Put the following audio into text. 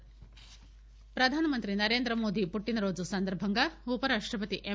PM ప్రధానమంత్రి నరేంద్రమోదీ పుట్టినరోజు సందర్బంగా ఉపరాష్టపతి ఎం